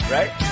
Right